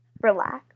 Relax